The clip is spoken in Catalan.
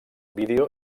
vídeo